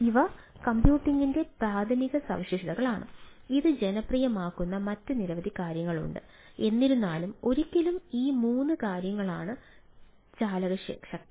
ഇവ ക്ലൌഡിന്റെ പ്രാഥമിക സവിശേഷതകളാണ് ഇത് ജനപ്രിയമാക്കുന്ന മറ്റ് നിരവധി കാര്യങ്ങളുണ്ട് എന്നിരുന്നാലും ഒരിക്കലും ഈ മൂന്ന് കാര്യങ്ങളാണ് ചാലകശക്തി